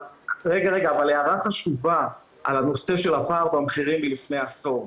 הערה חשובה על הנושא של הפער במחירים מלפני עשור.